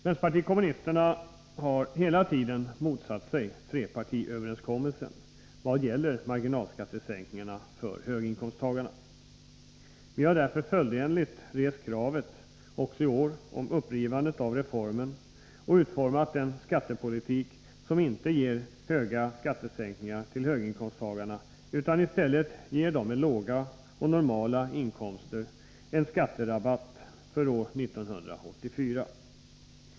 Vänsterpartiet kommunisterna har hela tiden motsatt sig trepartiöverens kommelsen vad gäller marginalskattesänkningarna för höginkomsttagarna. Vi har därför följdenligt också i år rest kravet om upprivande av reformen och utformat en skattepolitik som inte ger höga skattesänkningar till höginkomsttagarna utan i stället ger dem med låga och normala inkomster en skatterabatt för år 1984.